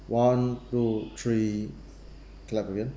one two three clap again